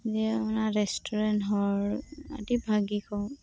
ᱫᱤᱭᱮ ᱚᱱᱟ ᱨᱮᱥᱴᱩᱨᱮᱱ ᱦᱚᱲ ᱟᱹᱰᱤ ᱵᱷᱟᱜᱮ ᱠᱚ